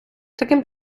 таким